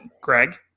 Greg